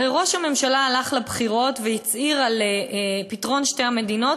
הרי ראש הממשלה הלך לבחירות והצהיר על פתרון שתי מדינות.